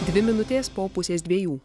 dvi minutės po pusės dviejų